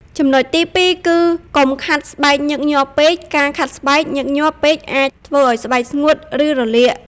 ចំណុចទីពីរគឺ កុំខាត់ស្បែកញឹកញាប់ពេក ការខាត់ស្បែកញឹកញាប់ពេកអាចធ្វើឱ្យស្បែកស្ងួត ឬរលាក។